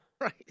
Right